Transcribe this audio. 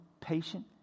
patient